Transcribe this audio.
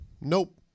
nope